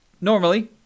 Normally